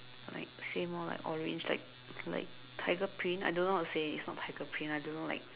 like say more like orange like like tiger print I don't know how to say it's not tiger print I don't know like